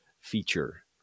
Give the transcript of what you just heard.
feature